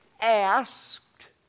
asked